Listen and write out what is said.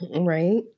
right